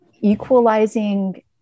equalizing